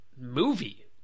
movie